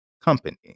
company